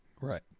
Right